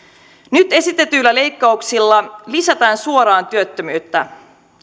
nyt esitetyillä leikkauksilla lisätään suoraan työttömyyttä